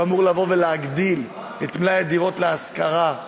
שאמור להגדיל את מלאי הדירות להשכרה,